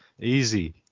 Easy